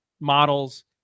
models